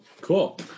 cool